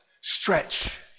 stretch